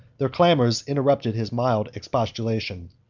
their clamors interrupted his mild expostulation.